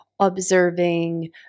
observing